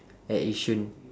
at yishun